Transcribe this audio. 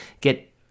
get